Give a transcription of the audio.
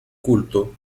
culto